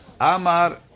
Amar